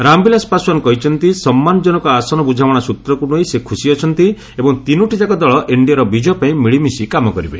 ରାମବିଳାସ ପାଶ୍ୱାନ କହିଛନ୍ତି ସମ୍ମାନଜନକ ଆସନ ବୁଝାମଣା ସୂତ୍ରକୁ ନେଇ ସେ ଖୁସି ଅଛନ୍ତି ଏବଂ ତିନୋଟିଯାକ ଦଳ ଏନ୍ଡିଏର ବିଜୟ ପାଇଁ ମିଳିମିଶି କାମ କରିବେ